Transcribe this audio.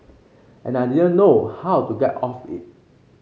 and I didn't know how to get off it